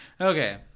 Okay